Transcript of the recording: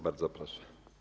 Bardzo proszę.